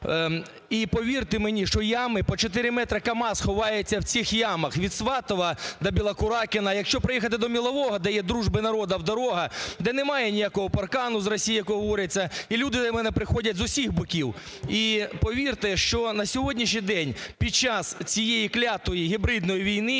І, повірте мені, що ями по 4 метри, КАМАЗ ховається в цих ямах від Сватова до Білокуракиного. Якщо проїхати до Мелового, де є дружби народів дорога, де немає ніякого паркану з Росією, як говориться, і люди до мене приходять з усіх боків. І повірте, що на сьогоднішній день під час цієї клятої гібридної війни